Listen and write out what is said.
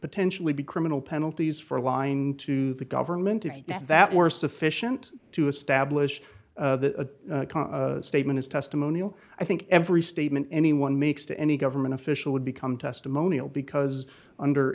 potentially be criminal penalties for lying to the government if that were sufficient to establish a statement is testimonial i think every statement anyone makes to any government official would become testimonial because under